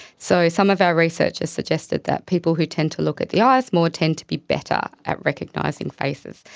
so some of our research has suggested that people who tend to look at the eyes more tend to be better at recognising faces.